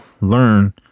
learn